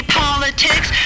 politics